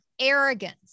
arrogance